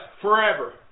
forever